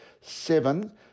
seven